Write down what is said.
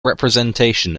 representation